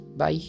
Bye